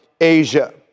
Asia